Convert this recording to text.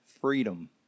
freedom